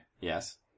Yes